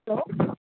hello